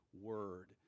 word